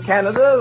Canada